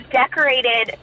decorated